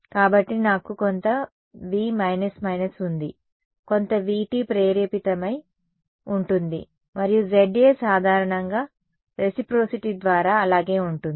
కాబట్టి నాకు కొంత V−−ఉంది కొంత VT ప్రేరేపితమై ఉంటుంది మరియు Za సాధారణంగా రెసిప్రొసీటీ ద్వారా అలాగే ఉంటుంది